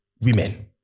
women